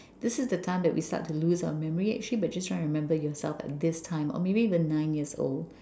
this is the time that we start to lose our memory and actually but just trying to remember yourself this time or maybe even nine years old